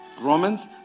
Romans